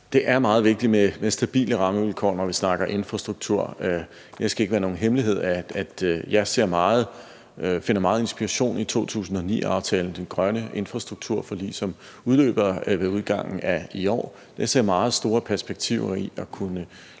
Det er meget vigtigt med stabile rammevilkår, når vi snakker om infrastruktur. Det skal ikke være nogen hemmelighed, at jeg finder meget inspiration i 2009-aftalen, det grønne infrastrukturforlig, som udløber ved udgangen af i år. Jeg ser meget store perspektiver i at kunne